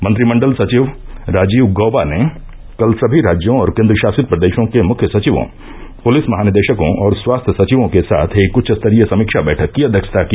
मंत्रिमंडल सचिव राजीव गौवा ने कल सभी राज्यों और केंद्रशासित प्रदेशों के मुख्य सचिवों पुलिस महानिदेशकों और स्वास्थ्य सचिवों के साथ एक उच्चस्तरीय समीक्षा बैठक की अध्यक्षता की